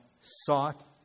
sought